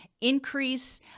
increase